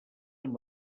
amb